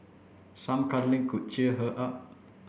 some cuddling could cheer her up